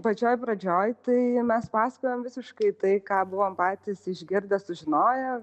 pačioj pradžioj tai mes pasakojam visiškai tai ką buvom patys išgirdę sužinoję